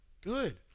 good